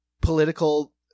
political